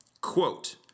Quote